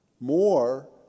more